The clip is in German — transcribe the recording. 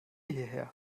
hierher